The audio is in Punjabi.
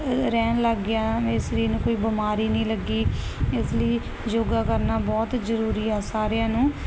ਰਹਿਣ ਲੱਗ ਗਿਆ ਮੇਰੇ ਸਰੀਰ ਨੂੰ ਕੋਈ ਬਿਮਾਰੀ ਨਹੀਂ ਲੱਗੀ ਇਸ ਲਈ ਯੋਗਾ ਕਰਨਾ ਬਹੁਤ ਜ਼ਰੂਰੀ ਆ ਸਾਰਿਆਂ ਨੂੰ